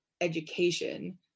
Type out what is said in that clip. education